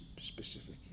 specific